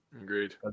Agreed